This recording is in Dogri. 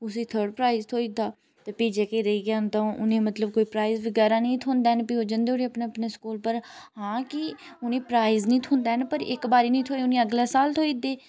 उसी थर्ड़ प्राइज़ थ्होई दा ते भी जेह्के रेही जान तां उ'नें मतलब कोई प्राइज़ बगैरा निं थ्होंदा ऐ भई ओ जंदे उठी अपने अपने स्कूल पर हा कि उ'नें ई प्राइज़ निं थ्होंदा ऐ पर इक बारी निं थ्होऐ उ'नें गी अगले साल थ्होई दे